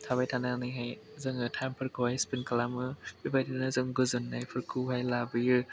थाबाय थानानैहाय जोङो टाइमफोरखौहाय स्फेन्ड खालामो बेबायदिनो जों गोजोननायफोरखौहाय लाबोयो